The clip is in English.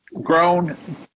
grown